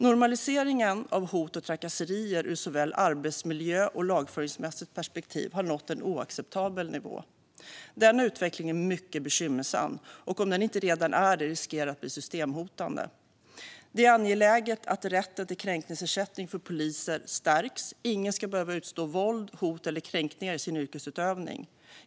Normaliseringen av hot och trakasserier ur såväl arbetsmiljöperspektiv som lagföringsperspektiv har nått en oacceptabel nivå. Denna utveckling är mycket bekymmersam, och om den inte redan är det riskerar den att bli systemhotande. Det är angeläget att rätten till kränkningsersättning för poliser stärks. Ingen ska behöva utstå våld, hot eller kränkningar i sin yrkesutövning.